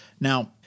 Now